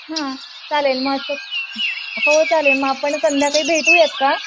हां चालेल मग हो चालेल मग आपण संध्याकाळी भेटूयात का